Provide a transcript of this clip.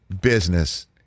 business